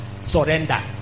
Surrender